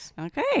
Okay